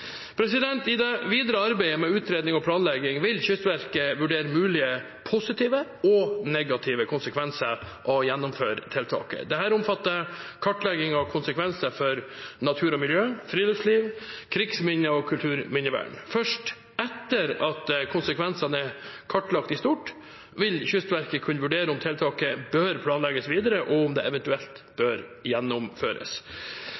I det videre arbeidet med utredning og planlegging vil Kystverket vurdere mulige positive og negative konsekvenser av å gjennomføre tiltaket. Dette omfatter kartlegging av konsekvenser for natur og miljø, friluftsliv, krigsminner og kulturminnevern. Først etter at konsekvensene er kartlagt i stort, vil Kystverket kunne vurdere om tiltaket bør planlegges videre, og om det eventuelt